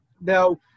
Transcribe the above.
Now